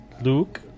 Luke